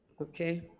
okay